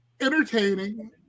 entertaining